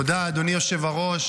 תודה, אדוני היושב-ראש.